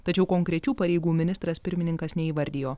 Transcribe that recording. tačiau konkrečių pareigų ministras pirmininkas neįvardijo